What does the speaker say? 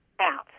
out